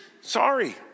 Sorry